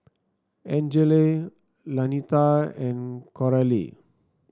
Angele Lanita and Coralie